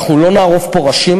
אנחנו לא נערוף פה ראשים,